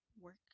work